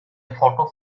photo